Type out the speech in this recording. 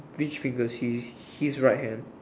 which figure he his right hand